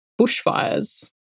bushfires